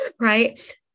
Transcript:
right